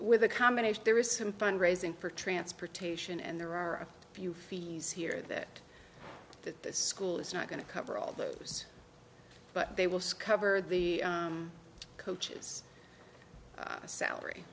with a combination there is some fund raising for transportation and there are a few fees here that that the school is not going to cover all those but they will scour the coaches salary